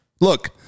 Look